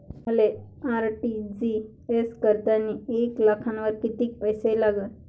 मले आर.टी.जी.एस करतांनी एक लाखावर कितीक पैसे लागन?